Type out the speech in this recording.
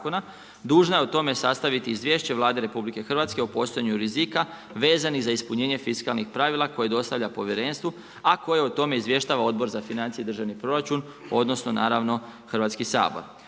dužna je o tome sastaviti izvješće Vladi RH o postojanju rizika vezanih za ispunjenje fiskalnih pravila koje dostavlja povjerenstvu a koje o tome izvještava Odbor za financije i državni proračun odnosno naravno, Hrvatski sabor.